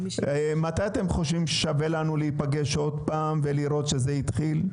מתי אתם חושבים ששווה לנו להיפגש עוד פעם ולראות שזה התחיל?